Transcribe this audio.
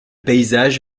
paysage